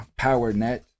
PowerNet